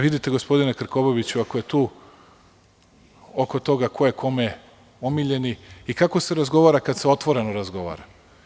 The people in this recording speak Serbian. Vidite li, gospodine Krkobabiću, ako je tu, ko je kome omiljeni i kako se razgovara kada se otvoreno razgovara.